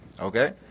Okay